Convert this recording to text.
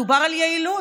מדובר על יעילות,